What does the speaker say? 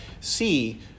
see